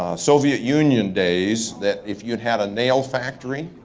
soviet union days, that if you had had a nail factory,